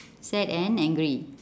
sad and angry